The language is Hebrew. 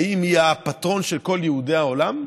האם היא הפטרון של כל יהודי העולם?